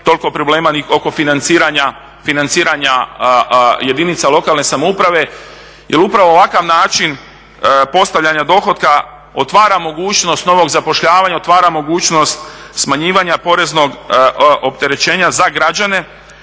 toliko problema ni oko financiranja jedinica lokalne samouprave. Jer upravo ovakav način postavljanja dohotka otvara mogućnost novog zapošljavanja, otvara mogućnost smanjivanja poreznog opterećenja za građane